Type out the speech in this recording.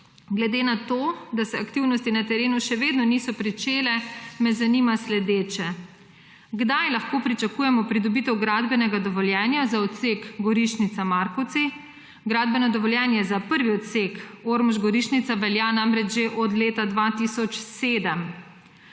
Glede na to, da se aktivnosti na terenu še vedno niso začele, me zanima sledeče: Kdaj lahko pričakujemo pridobitev gradbenega dovoljenja za odsek Gorišnica−Markovci? Gradbeno dovoljenje za prvi odsek Ormož−Gorišnica velja namreč že od leta 2007.